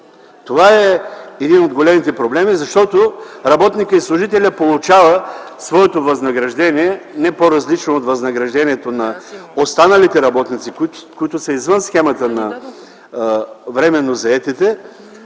Това е един от големите проблеми, защото работникът и служителят получават своето възнаграждение не по-различно от възнаграждението на останалите работници, които са извън схемата на временно заетите,